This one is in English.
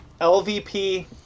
LVP